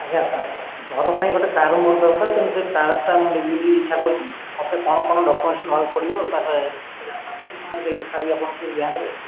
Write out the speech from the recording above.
ଆଜ୍ଞା ସାର୍ ଘର ପାଇଁ ଗାଡ଼ି ଗୋଟେ ଦରକାର ତ ତେଣୁ କାର୍ ଟେ ନେବି ବୋଲି ଇଛା କରୁଛି ମୋତେ କଣ କଣ ଡକ୍ୟୁମେଣ୍ଟସ ନେବାକୁ ପଡ଼ିବ ସାର୍ ତାପରେ ମୁଁ ଯାଇ ଦେଖାହେବି ଆପଣଙ୍କୁ ବ୍ୟାଙ୍କରେ